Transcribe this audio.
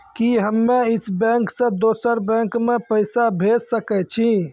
कि हम्मे इस बैंक सें दोसर बैंक मे पैसा भेज सकै छी?